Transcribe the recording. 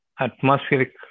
atmospheric